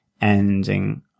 ending